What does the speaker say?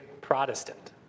Protestant